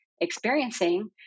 experiencing